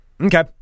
Okay